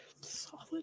Solid